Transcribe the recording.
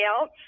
else